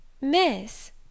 Miss